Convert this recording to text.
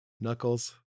Knuckles